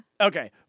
Okay